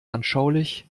anschaulich